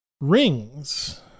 rings